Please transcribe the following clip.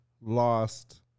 lost